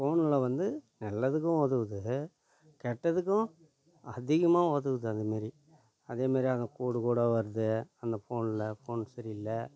ஃபோனில் வந்து நல்லதுக்கும் உதவுது கெட்டதுக்கும் அதிகமாக உதவுது அதுமாரி அதுமாரி அந்த கோடு கோடாக வரது அந்த ஃபோனில் ஃபோன் சரியில்ல